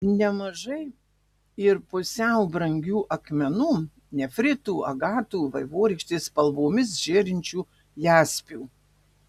nemažai ir pusiau brangių akmenų nefritų agatų vaivorykštės spalvomis žėrinčių jaspių